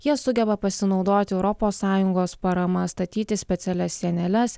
jie sugeba pasinaudoti europos sąjungos parama statyti specialias sieneles